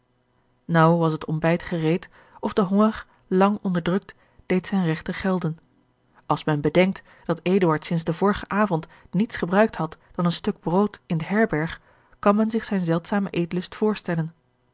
naauw was het ontbijt gereed of de honger lang onderdrukt deed zijne regten gelden als men bedenkt dat eduard sinds den vorigen avond niets gebruikt had dan een stuk brood in de herberg kan men zich zijn zeldzamen eetlust voorstellen